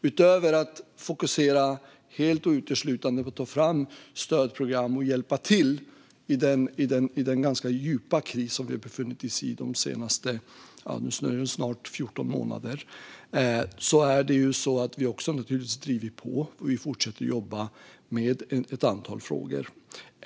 Utöver att vi fokuserar på att ta fram stödprogram och hjälpa till i den ganska djupa kris som vi i snart 14 månader har befunnit oss i driver vi naturligtvis på och fortsätter att jobba med ett antal frågor.